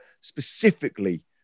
specifically